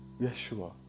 Yeshua